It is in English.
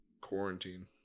quarantine